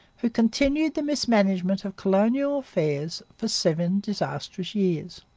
who continued the mismanagement of colonial affairs for seven disastrous years.